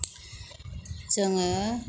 जोङो